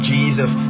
Jesus